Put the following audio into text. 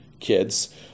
kids